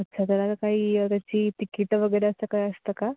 अच्छा तर आता काही त्याची तिकिटं वगैरे असं काय असतं का